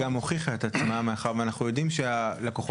שגם הוכיחה את עצמה כי אנחנו יודעים שהלקוחות